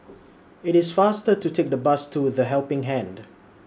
IT IS faster to Take The Bus to The Helping Hand